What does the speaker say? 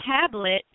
tablet